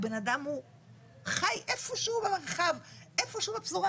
הוא חי איפשהו במרחב, איפשהו בפזורה.